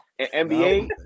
NBA